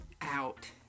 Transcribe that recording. out